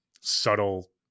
subtle